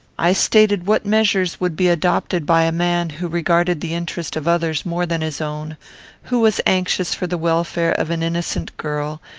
i stated what measures would be adopted by a man who regarded the interest of others more than his own who was anxious for the welfare of an innocent girl,